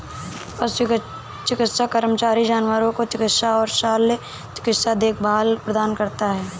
पशु चिकित्सा कर्मचारी जानवरों को चिकित्सा और शल्य चिकित्सा देखभाल प्रदान करता है